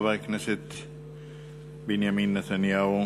הממשלה חבר הכנסת בנימין נתניהו,